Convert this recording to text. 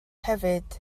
hefyd